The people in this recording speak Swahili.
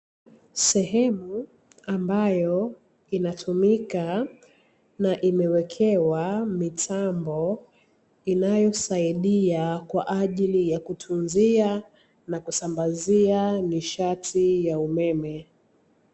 Sehemu ambayo inatumika na imewekewa mitambo inayosaidia, kwa ajili ya kutunzia na kusambazia nishati ya umeme.